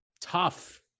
tough